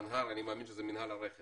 מנה"ר אני מאמין שזה מינהל הרכש